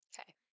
Okay